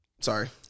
Sorry